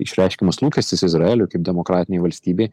išreiškiamas lūkestis izraeliui kaip demokratinei valstybei